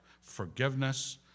Forgiveness